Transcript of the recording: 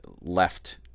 left